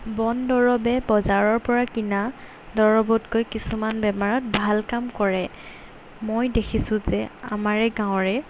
বন দৰৱে বজাৰৰপৰা কিনা দৰৱতকৈ কিছুমান বেমাৰত ভাল কাম কৰে মই দেখিছোঁ যে আমাৰে গাঁৱৰে